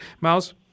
Miles